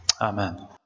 Amen